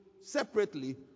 separately